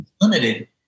limited